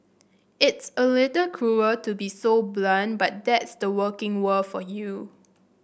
it's a little cruel to be so blunt but that's the working world for you